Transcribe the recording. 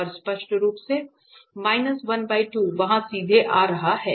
और स्पष्ट रूप से वहाँ सीधे आ रहा है